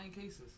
cases